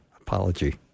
apology